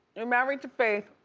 you're married to faith.